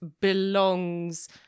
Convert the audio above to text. belongs